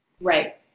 Right